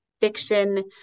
fiction